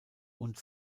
und